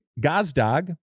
Gazdag